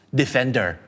defender